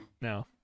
No